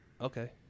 Okay